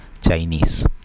Chinese